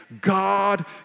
God